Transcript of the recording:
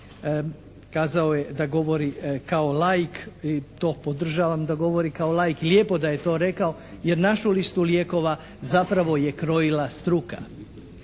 Kazao je da govori kao laik i to podržavam da govori kao laik, lijepo da je to rekao jer našu listu lijekova zapravo je krojila struka.